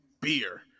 beer